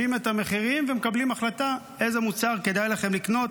משווים את המחירים ומקבלים החלטה איזה מוצר כדאי לכם לקנות,